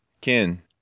Ken